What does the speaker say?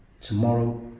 Tomorrow